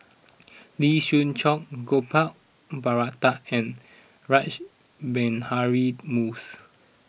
Lee Siew Choh Gopal Baratham and Rash Behari Bose